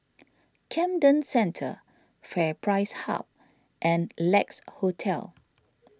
Camden Centre FairPrice Hub and Lex Hotel